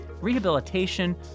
rehabilitation